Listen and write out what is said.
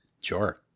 Sure